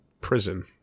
prison